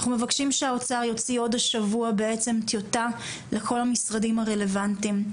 אנחנו מבקשים שהאוצר יוציא עוד השבוע טיוטה לכל המשרדים הרלוונטיים.